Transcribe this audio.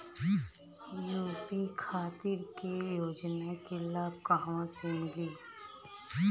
UP खातिर के योजना के लाभ कहवा से मिली?